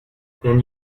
then